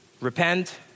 Repent